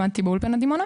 למדתי באולפנה דימונה,